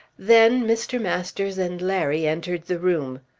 then mr. masters and larry entered the room.